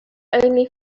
only